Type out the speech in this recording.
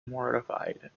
mortified